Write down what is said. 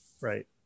Right